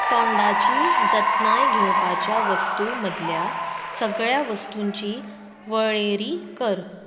तोंडाची जतनाय घेवपाच्या वस्तूं मदल्या सगळ्यां वस्तूंची वळेरी कर